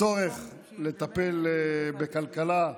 הצורך לטפל בכלכלה,